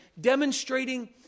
demonstrating